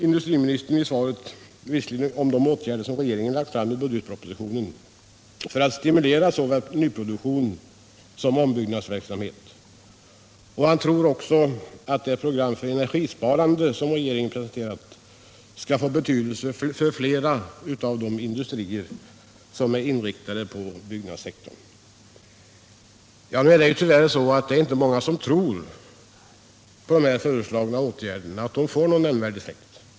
Industriministern erinrar i svaret om de åtgärder som regeringen föreslagit i budgetpropositionen för att stimulera såväl nyproduktion som ombyggnadsverksamhet. Han tror också att det program för energisparande som regeringen presenterat skall få betydelse för flera av de industrier som är inriktade på byggnadssektorn. Nu är det tyvärr inte många som tror att de föreslagna åtgärderna får någon nämnvärd effekt.